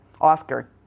Oscar